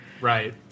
Right